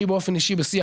אני באופן אישי בשיח,